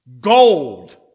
gold